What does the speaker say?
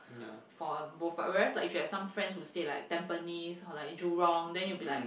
for both but whereas like if have some friends who stay like Tampines or like Jurong then you be like